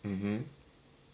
mmhmm